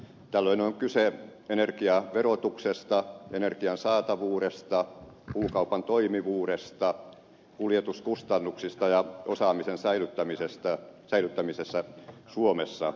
tällöin on kyse energiaverotuksesta energian saatavuudesta puukaupan toimivuudesta kuljetuskustannuksista ja osaamisen säilyttämisestä suomessa